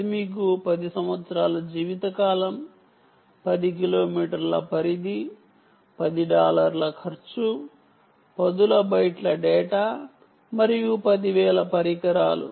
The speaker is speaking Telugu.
అది మీకు 10 సంవత్సరాల జీవితకాలం 10 కిలోమీటర్ల పరిధి 10 డాలర్ల ఖర్చు పదుల బైట్ల డేటా మరియు 10 వేల పరికరాలు